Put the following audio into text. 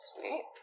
Sweet